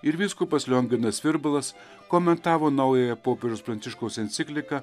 ir vyskupas lionginas virbalas komentavo naująją popiežiaus pranciškaus encikliką